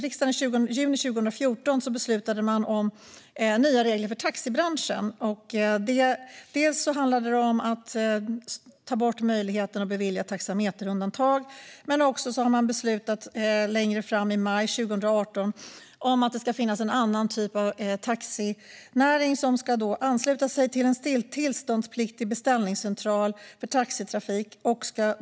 I juni 2014 beslutade riksdagen om nya regler för taxibranschen. Det handlade om att ta bort möjligheten att bevilja taxameterundantag. Riksdagen beslutade även längre fram, i maj 2018, att det ska finnas en annan typ av taxinäring som ska ansluta sig till en tillståndspliktig beställningscentral för taxitrafik.